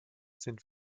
sind